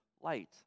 light